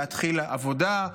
להתחיל עבודה.